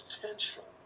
potential